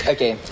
Okay